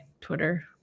Twitter